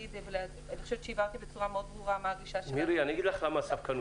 אני חושבת שהבהרתי בצורה מאוד ברורה מה הגישה שלנו למה שווי הנכסים,